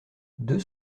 deux